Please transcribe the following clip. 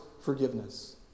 forgiveness